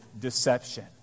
deception